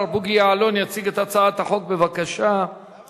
הצעת חוק שירות ביטחון